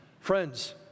Friends